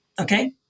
Okay